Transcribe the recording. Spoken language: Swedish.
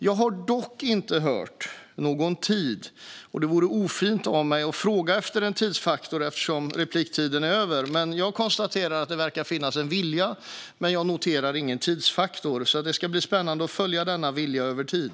Jag har dock inte hört någon tid, och det vore ofint av mig att fråga efter en tidsfaktor eftersom repliktiden är över. Jag konstaterar att det verkar finnas en vilja, men jag noterar ingen tidsfaktor, så det ska bli spännande att följa denna vilja över tid.